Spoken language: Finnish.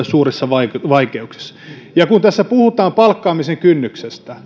suurissa vaikeuksissa ja kun tässä puhutaan palkkaamisen kynnyksestä